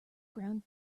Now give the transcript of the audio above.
ground